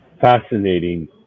Fascinating